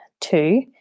Two